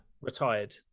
retired